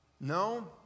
No